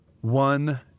One